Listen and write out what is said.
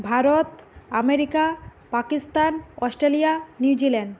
Bharat America Pakistan Australia New Zealand